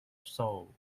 soul